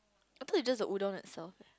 I thought it just a udon that self